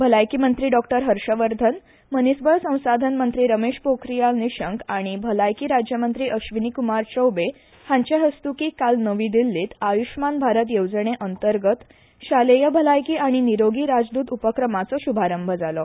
भलायकी मंत्री डॉ हर्षवर्धन मनीसबळ संसाधन मंत्री रमश पोखरीयाल निशंक आनी भलायकी राज्यमंत्री अश्वीनीकुमार चौबे हांचे हस्तुकीं काल नवी दिल्लींत आयुशमान भारत येवजणे खाला शालेय भलायकी आनी निरोगी राजद्रत उपक्रमाचो शुभारंब जालो